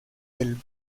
del